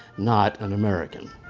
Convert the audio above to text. not an american.